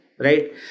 Right